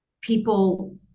people